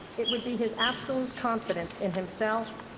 it would be his absolute confidence in himself,